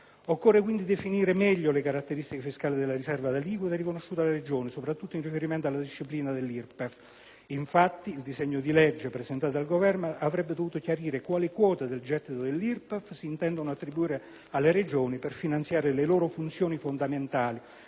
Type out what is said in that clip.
Occorre, quindi, definire meglio le caratteristiche fiscali della riserva d'aliquota riconosciuta alle Regioni, soprattutto in riferimento alla disciplina dell'IRPEF. Infatti, il disegno di legge presentato dal Governo avrebbe dovuto chiarire quali quote del gettito dell'IRPEF si intendono attribuire alle Regioni per finanziare le loro funzioni fondamentali,